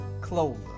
Clover